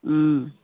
ꯎꯝ